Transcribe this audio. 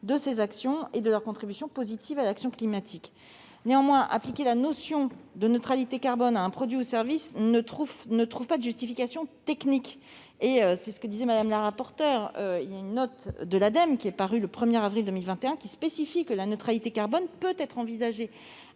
de leurs actions et de leur contribution positive à l'action climatique. Néanmoins, appliquer la notion de neutralité carbone à un produit ou service ne trouve pas de justification technique. Comme le mentionnait Mme la rapporteure, une note de l'Ademe parue le 1 avril 2021 indique que la neutralité carbone peut être envisagée